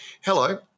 hello